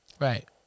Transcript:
Right